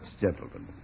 gentlemen